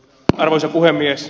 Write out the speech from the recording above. arvoisa puhemies